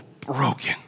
broken